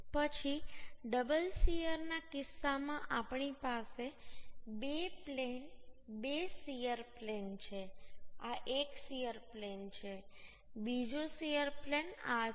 પછી ડબલ શીયરના કિસ્સામાં આપણી પાસે બે પ્લેન બે શીયર પ્લેન છે આ એક શીયર પ્લેન છે બીજું શીયર પ્લેન આ છે